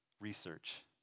research